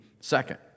second